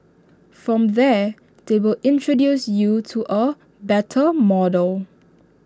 from there they will introduce you to A better model